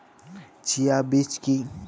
Chia বীজ কী?